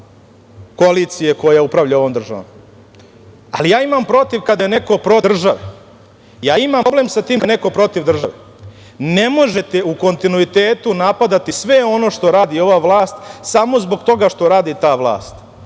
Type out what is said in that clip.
koalicije koja upravlja ovom državom, ali ja imam protiv kada je neko protiv države, ja imam problem sa tim kada je neko protiv države. Ne možete u kontinuitetu napadati sve ono što radi ova vlast samo zbog toga što radi ta vlast.